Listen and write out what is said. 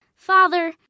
Father